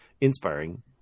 inspiring